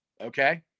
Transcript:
Okay